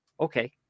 Okay